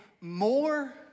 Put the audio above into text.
more